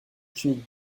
tunique